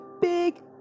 big